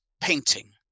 painting